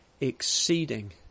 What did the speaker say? Exceeding